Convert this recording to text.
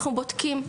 אנחנו בודקים,